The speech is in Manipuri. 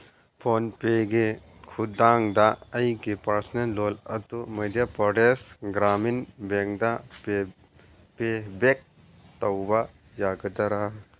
ꯐꯣꯟꯄꯦꯒꯤ ꯈꯨꯊꯥꯡꯗ ꯑꯩꯒꯤ ꯄꯔꯁꯅꯥꯜ ꯂꯣꯜ ꯑꯗꯨ ꯃꯩꯙꯄꯔꯗꯦꯁ ꯒ꯭ꯔꯥꯃꯤꯟ ꯕꯦꯡꯗ ꯄꯦꯕꯦꯛ ꯇꯧꯕ ꯌꯥꯒꯗꯔ